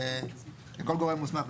לכל גורם מוסמך.